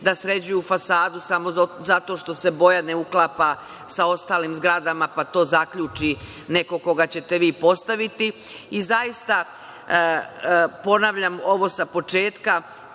da sređuju fasadu samo zato što se boja ne uklapa sa ostalim zgradama, pa to zaključi neko koga ćete vi postaviti. Zaista, ponavljam, ovo sa početka,